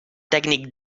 tècnic